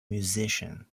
musician